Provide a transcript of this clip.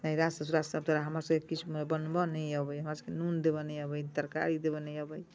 नैहरा ससुरा सब तरह हमरा सबके किछु बनबऽ नहि अबै हमरा सबके नून देबऽ नहि अबै तरकारी देबऽ नहि अबै